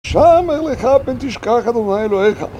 "הישמר לך אם תשכח אדוני אלוהיך".